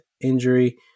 injury